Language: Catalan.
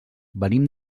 venim